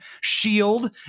shield